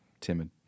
timid